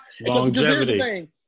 Longevity